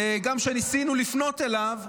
וגם כשניסינו לפנות אליו,